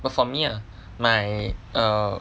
but for ah my err